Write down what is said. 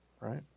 right